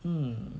um